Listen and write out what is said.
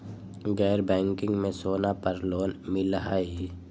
गैर बैंकिंग में सोना पर लोन मिलहई?